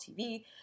TV